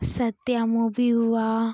Satya movie हुआ